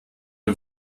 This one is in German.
dem